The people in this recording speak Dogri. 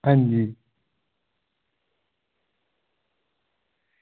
आं जी